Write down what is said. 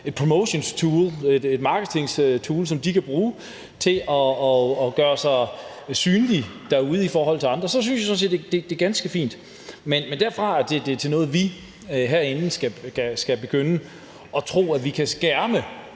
et promotion tool, altså et marketingtool, som de kan bruge til at gøre sig synlige derude i forhold til andre. Det synes jeg sådan set er ganske fint. Men at gå derfra og til, at det er noget, som vi herinde skal begynde at tro at vi kan skærme